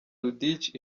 ludic